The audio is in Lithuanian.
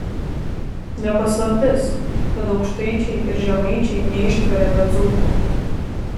ne paslaptis kad aukštaičiai ir žemaičiai neištveria be dzūkų